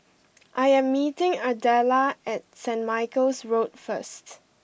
I am meeting Ardella at St Michael's Road first